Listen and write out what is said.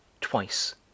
twice